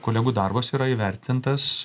kolegų darbas yra įvertintas